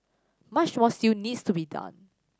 much more still needs to be done